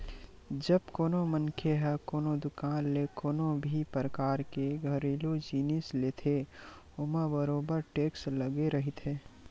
जब कोनो मनखे ह कोनो दुकान ले कोनो भी परकार के घरेलू जिनिस लेथे ओमा बरोबर टेक्स लगे रहिथे